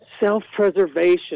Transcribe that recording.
Self-preservation